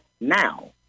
now